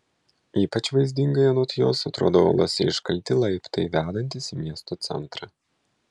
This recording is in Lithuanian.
ypač vaizdingai anot jos atrodo uolose iškalti laiptai vedantys į miesto centrą